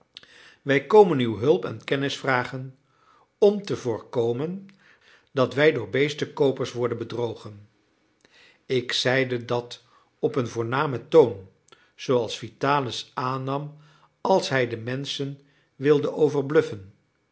wij komen uw hulp en kennis vragen om te voorkomen dat wij door beestenkoopers worden bedrogen ik zeide dat op een voornamen toon zooals vitalis aannam als hij de menschen wilde overbluffen